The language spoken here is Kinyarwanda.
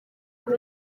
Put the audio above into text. uru